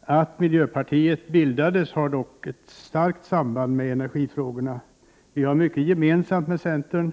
Att miljöpartiet bildades har ett starkt samband med energifrågorna. Vi har mycket gemensamt med centern.